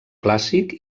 clàssic